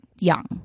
young